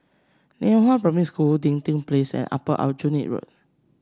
Lianhua Primary School Dinding Place and Upper Aljunied Road